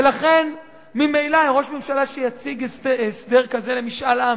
ולכן ראש ממשלה שיציג הסדר כזה למשאל עם